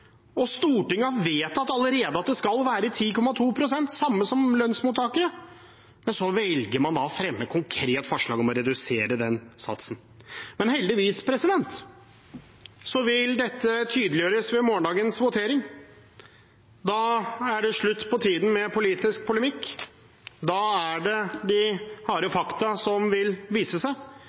Og Stortinget har allerede vedtatt at det skal være 10,2 pst., det samme som for lønnsmottakere, men så velger man å fremme et konkret forslag om å redusere satsen. Heldigvis vil dette tydeliggjøres ved morgendagens votering. Da er det slutt på tiden med politisk polemikk. Da er det de harde fakta som vil vise seg.